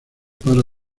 para